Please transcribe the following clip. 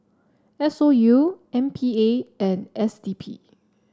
S O U M P A and S D P